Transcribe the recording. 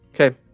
Okay